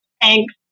Thanks